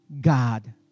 God